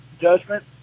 judgment